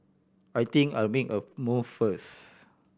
I think I'll make a move first